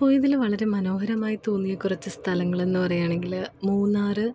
പോയതിൽ വളരെ മനോഹരമായി തോന്നിയ കുറച്ച് സ്ഥലങ്ങളെന്ന് പറയാണെങ്കില് മൂന്നാറ്